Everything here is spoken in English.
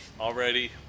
already